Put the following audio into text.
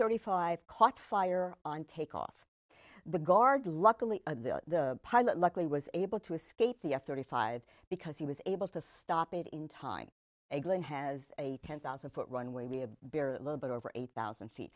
thirty five caught fire on takeoff the guard luckily the pilot luckily was able to escape the f thirty five because he was able to stop it in time eglin has a ten thousand foot runway with a little bit over eight thousand feet